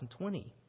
2020